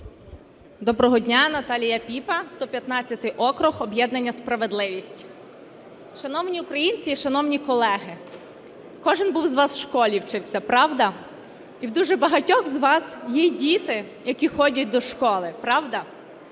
Доброго дня. Наталія Піпа, 115 округ, об'єднання "Справедливість". Шановні українці і шановні колеги, кожен був з вас у школі, вчився, правда. І в дуже багатьох з вас є діти, які ходять до школи, правда.